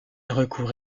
recourt